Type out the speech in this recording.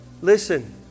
Listen